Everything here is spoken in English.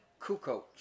Kukoc